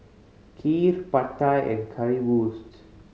Kheer Pad Thai and Currywurst